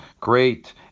great